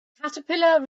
caterpillar